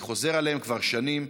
אני חוזר עליהם כבר שנים,